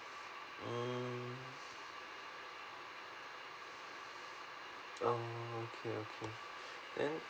mm ah okay okay then